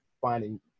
finding